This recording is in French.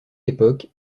époque